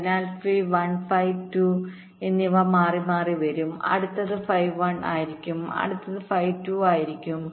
അതിനാൽ phi 1 phi 2എന്നിവ മാറിമാറി വരും അടുത്തത് ഫൈ 1 ആയിരിക്കും അടുത്തത് ഫൈ 2 ആയിരിക്കും